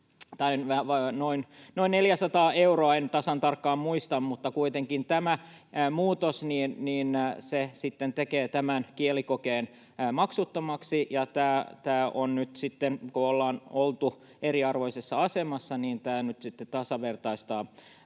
noin 400 euroa — en tasan tarkkaan muista. Tämä muutos sitten tekee tämän kielikokeen maksuttomaksi, ja kun ollaan oltu eriarvoisessa asemassa, niin tämä nyt sitten